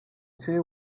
two